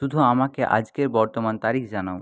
শুধু আমাকে আজকের বর্তমান তারিখ জানাও